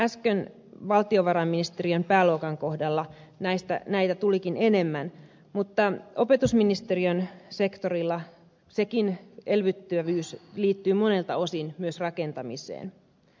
äsken valtiovarainministeriön pääluokan kohdalla näitä tulikin enemmän mutta opetusministeriön sektorilla sekin elvyttävyys liittyy monelta osin myös rakentamiseen